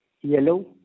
yellow